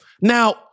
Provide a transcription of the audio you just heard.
Now